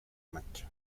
mancha